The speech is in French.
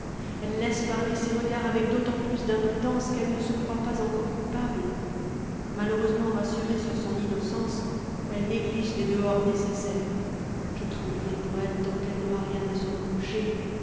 elle laisse parler ses regards avec d'autant plus d'imprudence qu'elle ne se croit pas encore coupable malheureusement rassurée sur son innocence elle néglige des dehors nécessaires je tremblerai pour elle tant qu'elle n'aura rien à se reprocher